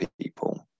people